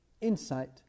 insight